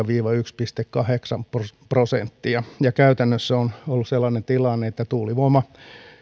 viiva yksi pilkku kahdeksan prosenttia ja käytännössä on ollut sellainen tilanne että tuulivoima